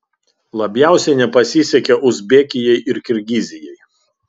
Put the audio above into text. labiausiai nepasisekė uzbekijai ir kirgizijai